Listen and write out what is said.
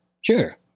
Sure